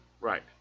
right